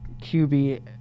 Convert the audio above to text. qb